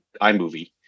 iMovie